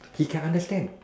he can understand